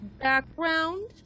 background